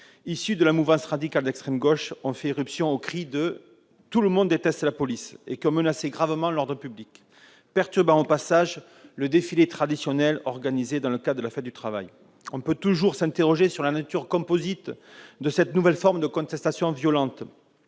issus de la mouvance radicale d'extrême gauche, ont fait irruption au cri de « Tout le monde déteste la police » et ont gravement menacé l'ordre public, perturbant au passage le traditionnel défilé organisé dans le cadre de la fête du travail. On peut toujours s'interroger sur la nature composite de cette nouvelle forme de contestation violente